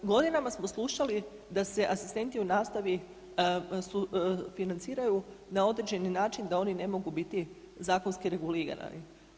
Godinama smo slušali da se asistenti u nastavi sufinanciraju na određeni način da oni ne mogu biti zakonski regulirani.